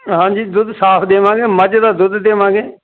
ਹਾਂਜੀ ਦੁੱਧ ਸਾਫ ਦੇਵਾਂਗੇ ਮੱਝ ਦਾ ਦੁੱਧ ਦੇਵਾਂਗੇ